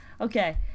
okay